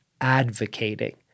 advocating